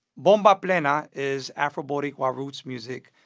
bomba plena is afro-boricua roots music.